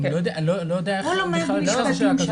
אני לא יודע איך בכלל להתייחס לשאלה כזאת.